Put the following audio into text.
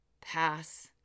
pass